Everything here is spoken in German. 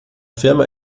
firma